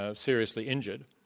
ah seriously injured.